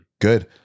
Good